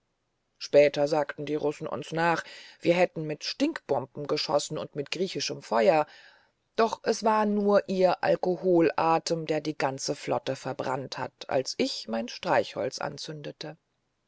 später sagten die russen uns nach wir hätten mit stinkbomben geschossen und mit griechischem feuer und es war doch nur ihr alkoholatem der die ganze flotte verbrannt hat als ich mein streichholz anzündete